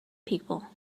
people